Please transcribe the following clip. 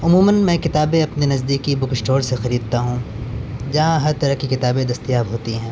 عموماً میں کتابیں اپنے نزدیکی بک اسٹور سے خریدتا ہوں جہاں ہر طرح کی کتابیں دستیاب ہوتی ہیں